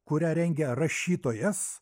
kurią rengia rašytojas